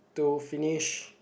to finish